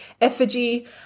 effigy